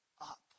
up